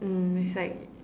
mm it's like